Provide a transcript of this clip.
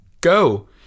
go